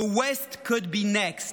The West could be next.